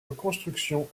reconstructions